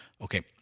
Okay